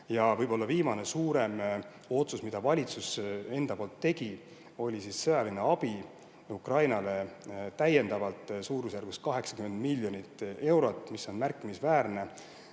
Võib-olla viimane suurem otsus, mille valitsus tegi, oli sõjaline abi Ukrainale täiendavalt suurusjärgus 80 miljonit eurot, mis on märkimisväärne